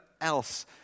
else